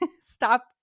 stop